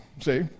see